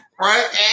Right